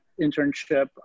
internship